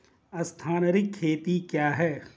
स्थानांतरित खेती क्या है?